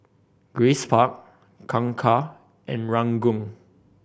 Grace Park Kangkar and Ranggung